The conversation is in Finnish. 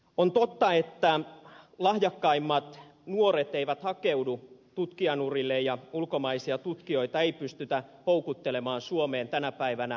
on totta että lahjakkaimmat nuoret eivät hakeudu tutkijan urille ja ulkomaisia tutkijoita ei pystytä houkuttelemaan suomeen tänä päivänä niin kuin pitäisi